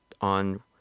on